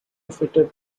fitted